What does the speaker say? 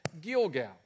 Gilgal